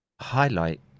highlight